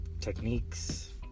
techniques